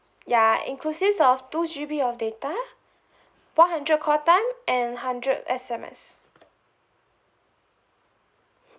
ya inclusive of two G_B of data four hundred call time and hundred S_M_S